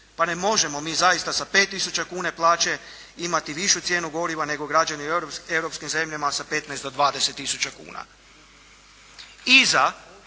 Pa ne možemo mi zaista sa 5 tisuća kuna plaće imati višu cijenu goriva nego građani u europskim zemljama sa 15 do 20 tisuća kuna. Iza